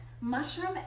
mushroom